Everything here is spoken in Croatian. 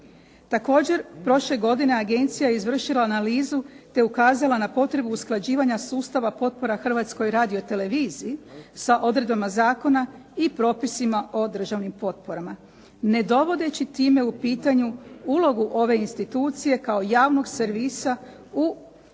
Također prošle godine je agencija izvršila analizu, te ukazala na potrebu usklađivanja sustava potpora Hrvatskoj radio-televiziji sa odredbama zakona i propisima o državnim potporama, ne dovodeći time u pitanje ulogu ove institucije kao javnog servisa u ostvarivanju